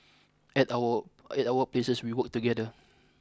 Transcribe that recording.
at our at our places we work together